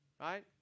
right